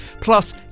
Plus